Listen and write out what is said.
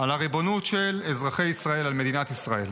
על הריבונות של אזרחי ישראל על מדינת ישראל.